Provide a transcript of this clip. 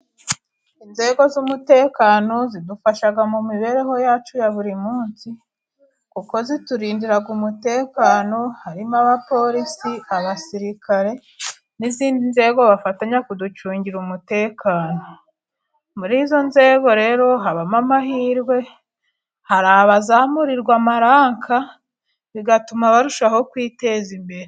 Inzego z'umutekano zidufasha mu mibereho yacu ya buri munsi kuko ziturindira umutekano. Harimo abapolisi, abasirikare n'izindi nzego bafatanya kuducungira umutekano. Muri izo nzego rero habamo amahirwe hari abazamurirwa amaranka bigatuma barushaho kwiteza imbere.